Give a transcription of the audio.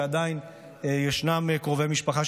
באובדן בני משפחה,